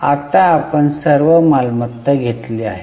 आता आपण सर्व मालमत्ता घेतली आहे